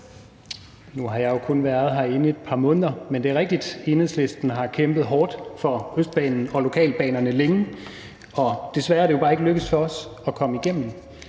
Nu har jeg jo kun været herinde i et par måneder, men det er rigtigt: Enhedslisten har kæmpet hårdt for Østbanen og lokalbanerne længe, og desværre er det jo bare ikke lykkedes for os at komme igennem